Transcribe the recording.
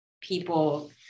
people